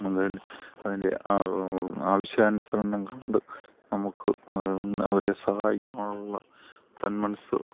അതിന്റെ അതിന്റെ ആവശ്യാനുസരണം കണ്ട് നമ്മുക്ക് അവരെ സഹായിക്കാനുള്ള സന്മനസ്സ്